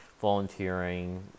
volunteering